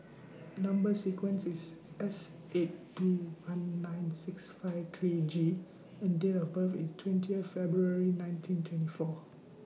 Number sequence IS S eight two one nine six five three G and Date of birth IS twentieth February nineteen twenty four